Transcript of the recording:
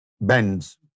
bends